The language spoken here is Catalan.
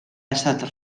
estat